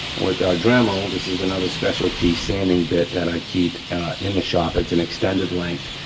with our dremel, this is another specialty sanding bit that i keep in the shop, it's an extended length,